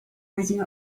rising